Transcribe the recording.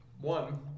One